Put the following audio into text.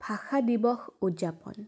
ভাষা দিৱস উদযাপন